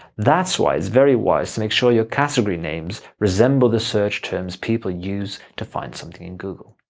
that's why it's very wise to make sure your category names resemble the search terms people use to find something in google.